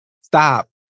Stop